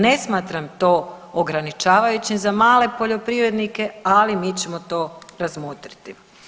Ne smatram to ograničavajućim za male poljoprivrednike ali mi ćemo to razmotriti.